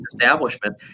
establishment